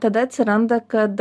tada atsiranda kad